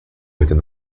within